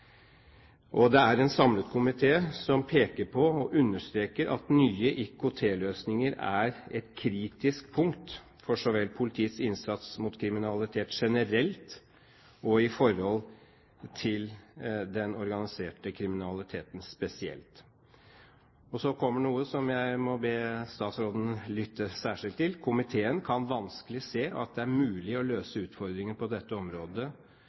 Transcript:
IKT-plattform. Det er en samlet komité som peker på og understreker at nye IKT-løsninger «er et kritisk punkt for så vel politiets innsats mot kriminalitet generelt og i forhold til den organiserte kriminaliteten spesielt». Så kommer noe som jeg må be statsråden lytte særskilt til: «Komiteen kan vanskelig se at det er mulig å løse utfordringene på dette området